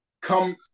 come